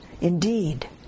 indeed